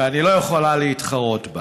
ואני לא יכולה להתחרות בה.